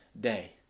day